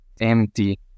empty